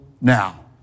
now